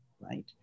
right